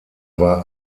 war